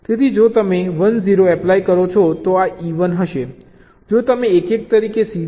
તેથી જો તમે 1 0 એપ્લાય કરો છો તો આ E 1 હશે જો તમે 1 1 તરીકે CD એપ્લાય કરો છો તો F પણ 1 હશે